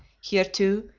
here, too,